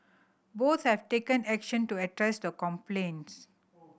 both have taken action to address the complaints